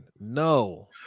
No